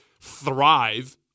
thrive